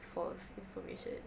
false information